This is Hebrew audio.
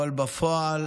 אבל בפועל